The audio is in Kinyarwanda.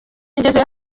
ngezeyo